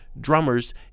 drummers